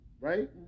Right